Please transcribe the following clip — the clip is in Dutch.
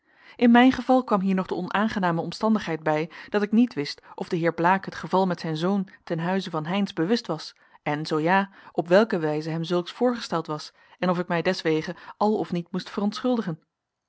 in mijn geval kwam hier nog de onaangename omstandigheid bij dat ik niet wist of den heer blaek het geval met zijn zoon ten huize van heynsz bewust was en zoo ja op welke wijze hem zulks voorgesteld was en of ik mij deswege al of niet moest verontschuldigen